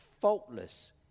faultless